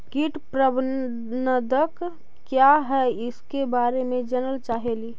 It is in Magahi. कीट प्रबनदक क्या है ईसके बारे मे जनल चाहेली?